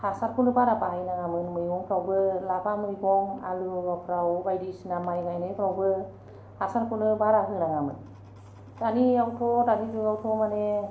हासारखौनो बारा बाहायनाङामोन मैगंफ्रावबो लाफा मैगं आलुफ्राव बायदिसिना माइ गायनायफ्रावबो हासारखौनो बारा होनाङामोन दानियावथ' दानि जुगावथ' माने